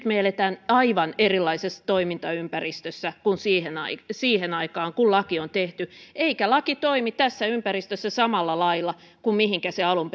me elämme aivan erilaisessa toimintaympäristössä kuin siihen aikaan kun laki on tehty eikä laki toimi tässä ympäristössä samalla lailla kuin mihinkä se alun